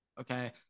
okay